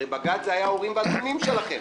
הרי בג"ץ היה האורים והתומים שלכם.